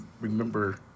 remember